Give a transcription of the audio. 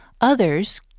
Others